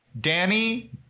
Danny